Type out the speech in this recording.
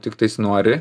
tiktais nori